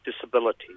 disability